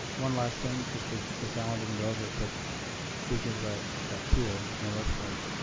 one last thing just, because miss allan didn't go over it, but speaking of that ah tool on a website.